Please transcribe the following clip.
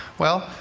well,